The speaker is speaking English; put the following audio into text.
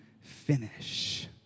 finish